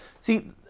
See